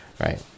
right